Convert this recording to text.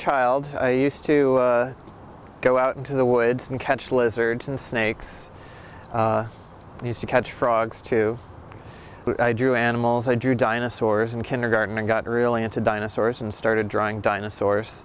child i used to go out into the woods and catch lizards and snakes and used to catch frogs to drew animals i drew dinosaurs in kindergarten and got really into dinosaurs and started drawing dinosaurs